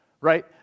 right